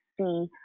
see